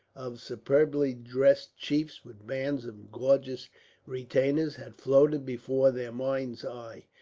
of superbly dressed chiefs with bands of gorgeous retainers, had floated before their mind's eye.